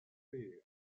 peer